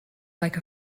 like